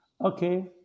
Okay